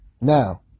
Now